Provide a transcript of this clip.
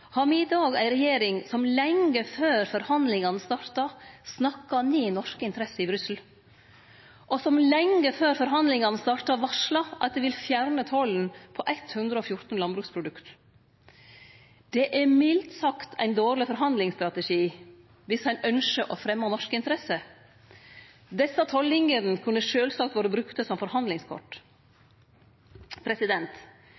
har me i dag ei regjering som lenge før forhandlingane startar, snakkar ned norske interesser i Brussel, og som lenge før forhandlingane startar, varslar at dei vil fjerne tollen på 114 landbruksprodukt. Det er mildt sagt ein dårleg forhandlingsstrategi dersom ein ynskjer å fremje norske interesser. Desse tollinjene kunne sjølvsagt vore brukte som